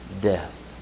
death